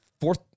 Fourth